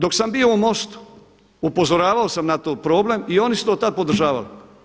Dok sam bio u MOST-u upozoravao sam na taj problem i oni su to tad podržavali.